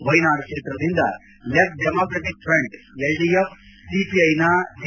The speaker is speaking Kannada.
ವೈನಾಡ್ ಕ್ಷೇತ್ರದಿಂದ ಲೆಫ್ಟ್ ಡೆಮಾಕ್ರಟಿಕ್ ಫ್ರಂಟ್ ಎಲ್ಡಿಎಫ್ ಸಿಪಿಐನ ಪಿ